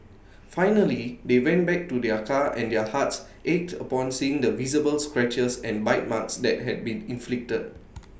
finally they went back to their car and their hearts ached upon seeing the visible scratches and bite marks that had been inflicted